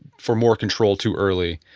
for more control too early,